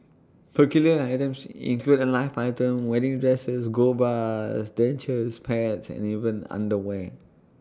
peculiar items include A live python wedding dresses gold bars dentures pets and even underwear